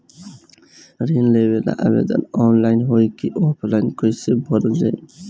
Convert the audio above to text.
ऋण लेवेला आवेदन ऑनलाइन होई की ऑफलाइन कइसे भरल जाई?